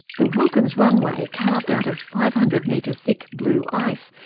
the wilkins runway, carved out of five hundred metre thick blue ice,